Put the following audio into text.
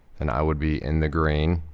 then i would be in the green.